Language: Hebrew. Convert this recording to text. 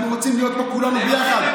אנחנו רוצים להיות כמו כולם, ביחד.